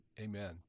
Amen